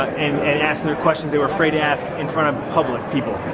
and and ask their questions they were afraid to ask in front of public people.